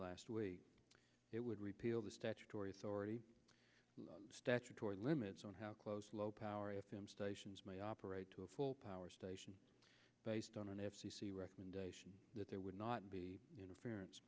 last week it would repeal the statutory authority statutory limits on how close low power f m stations may operate to a full power station based on an f c c recommendation that there would not be interference